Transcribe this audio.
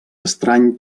estrany